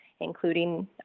including